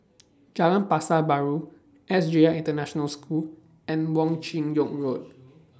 Jalan Pasar Baru S J I International School and Wong Chin Yoke Road